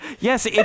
Yes